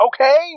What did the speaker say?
okay